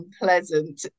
unpleasant